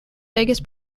vegas